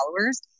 followers